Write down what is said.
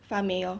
发霉 lor